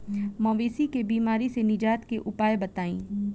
मवेशी के बिमारी से निजात के उपाय बताई?